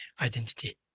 identity